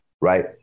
Right